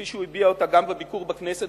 שהוא הביע אותה גם בביקור בכנסת,